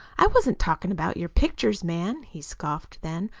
i wasn't talking about your pictures, man, he scoffed then.